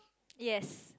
yes